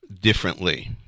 differently